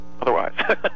otherwise